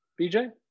BJ